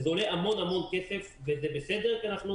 זה עולה המון המון כסף וזה בסדר כי אנחנו